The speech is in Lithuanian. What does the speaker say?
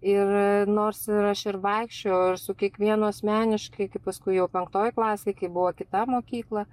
ir nors ir aš ir vaikščiojau ir su kiekvienu asmeniškai kai paskui jau penktoj klasėj kai buvo kita mokykla